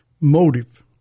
motive